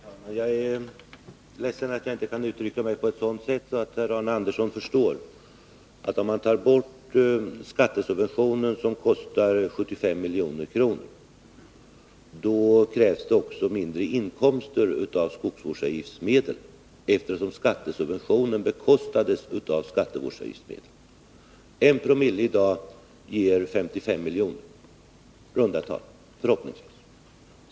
Herr talman! Jag är ledsen att jag inte kan uttrycka mig på ett sådant sätt att Arne Andersson i Ljung förstår. Tar man bort skattesubventionen som kostar 75 milj.kr., krävs det också mindre inkomster av skogsvårdsavgiftsmedel, eftersom skattesubventionen bekostas av skogsvårdsavgiftsmedel. I dag ger 1900 förhoppningsvis 55 milj.kr. i runt tal.